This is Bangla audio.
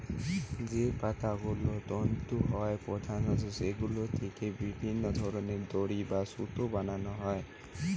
যে পাতাগুলো তন্তু হয় প্রধানত সেগুলো থিকে বিভিন্ন ধরনের দড়ি বা সুতো বানানা হয়